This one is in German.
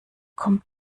kommt